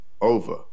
over